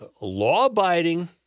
law-abiding